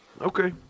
Okay